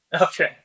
Okay